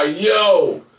yo